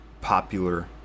popular